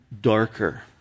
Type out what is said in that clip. darker